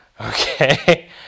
Okay